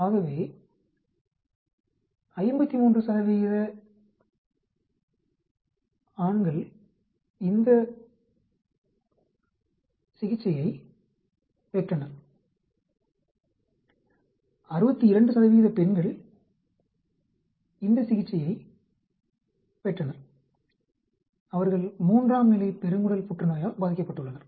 ஆகவே 53 ஆண்கள் இந்த சிகிச்சையைப் பெற்றனர் 62 பெண்கள் இந்த சிகிச்சையைப் பெற்றனர் அவர்கள் 3ம் நிலை பெருங்குடல் புற்றுநோயால் பாதிக்கப்பட்டுள்ளனர்